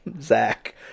Zach